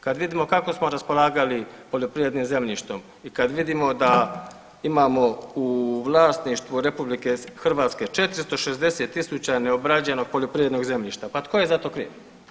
Kad vidimo kako smo raspolagali poljoprivrednim zemljištom i kad vidimo da imamo u vlasništvu RH 460.000 neobrađenog poljoprivrednog zemljišta, pa tko je za to kriv?